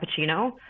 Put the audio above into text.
cappuccino